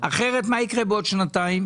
אחרת מה יקרה בעוד שנתיים?